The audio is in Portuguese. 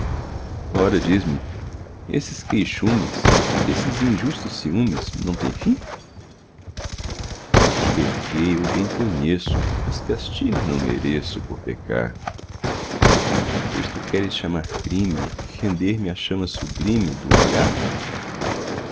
mim ora diz-me esses queixumes esses injustos ciúmes não têm fim que pequei eu bem conheço mas castigo não mereço por pecar pois tu queres chamar crime render me à chama sublime dum olhar